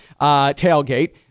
tailgate